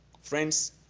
friends